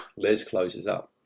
les closes up.